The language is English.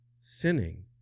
sinning